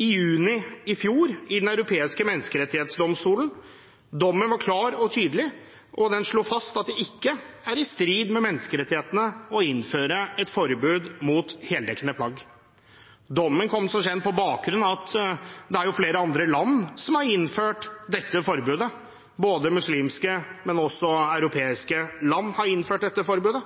i juni i fjor i Den europeiske menneskerettighetsdomstolen. Dommen var klar og tydelig, og den slo fast at det ikke er i strid med menneskerettighetene å innføre et forbud mot heldekkende plagg. Dommen kom som kjent på bakgrunn av at det er flere andre land som har innført dette forbudet. Ikke bare muslimske, men også europeiske land har innført dette forbudet.